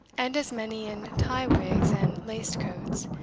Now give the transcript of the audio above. and as many in tie-wigs and laced coats,